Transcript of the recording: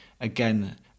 again